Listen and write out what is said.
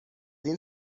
این